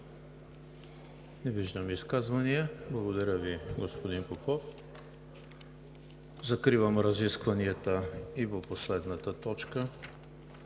Не виждам. Благодаря Ви, господин Попов. Закривам разискванията и по последната точка